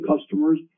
customers